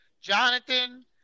Jonathan